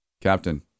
Captain